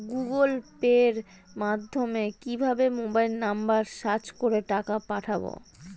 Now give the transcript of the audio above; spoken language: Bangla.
গুগোল পের মাধ্যমে কিভাবে মোবাইল নাম্বার সার্চ করে টাকা পাঠাবো?